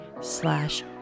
slash